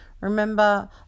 remember